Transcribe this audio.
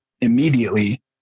immediately